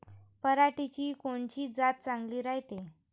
पऱ्हाटीची कोनची जात चांगली रायते?